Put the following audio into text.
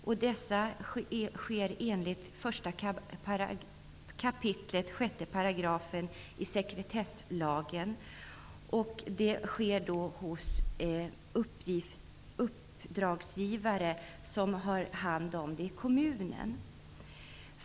Sekretess gäller enligt 1 kap. 6 § sekretesslagen för uppdragsgivare som har hand om uppgiften i kommunen.